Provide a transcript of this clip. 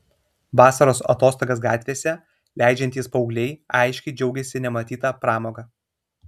vasaros atostogas gatvėse leidžiantys paaugliai aiškiai džiaugėsi nematyta pramoga